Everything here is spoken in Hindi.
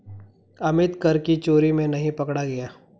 अमित कर की चोरी में नहीं पकड़ा गया